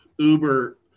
uber